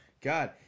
God